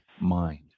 mind